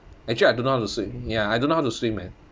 actually I don't how to swim ya I don't know how to swim eh